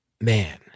man